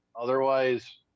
otherwise